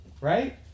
Right